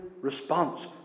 response